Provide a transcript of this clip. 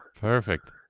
perfect